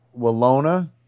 Walona